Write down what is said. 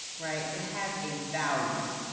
right? it has a value,